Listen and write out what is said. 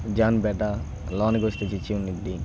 జానపేట లోనికి వస్తే చర్చి ఉండిద్ది